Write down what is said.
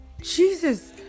Jesus